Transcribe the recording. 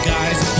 Guys